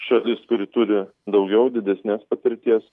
šalis kuri turi daugiau didesnės patirties